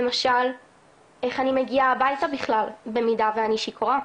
איך אני מגיעה הביתה בכלל, במידה ואני שיכורה.